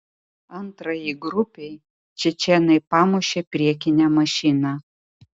antrajai grupei čečėnai pamušė priekinę mašiną